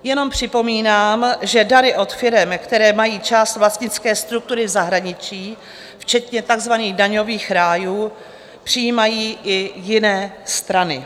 Jen připomínám, že dary od firem, které mají část vlastnické struktury v zahraničí, včetně takzvaných daňových rájů, přijímají i jiné strany.